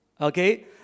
Okay